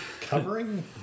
covering